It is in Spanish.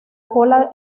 cola